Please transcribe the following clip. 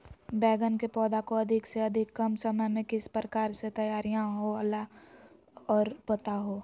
बैगन के पौधा को अधिक से अधिक कम समय में किस प्रकार से तैयारियां होला औ बताबो है?